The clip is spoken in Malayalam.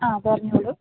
ആ പറഞ്ഞോളൂ